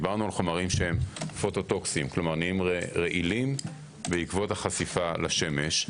דיברנו על חומרים שנהיים רעילים בעקבות החשיפה לשמש,